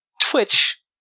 twitch